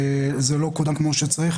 זה לא קודם כמו שצריך.